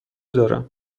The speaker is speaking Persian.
دارم